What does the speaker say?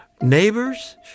neighbors